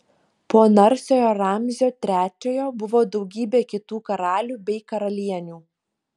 po narsiojo ramzio trečiojo buvo daugybė kitų karalių bei karalienių